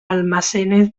almacenes